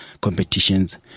competitions